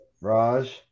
Raj